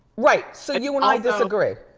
right, so you and i disagree.